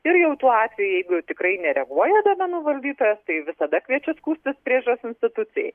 ir jau tuo atveju jeigu tikrai nereaguoja duomenų valdytojas tai visada kviečiu skųstis priežiūros institucijai